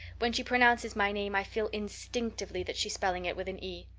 when she pronounces my name i feel instinctively that she's spelling it with an e.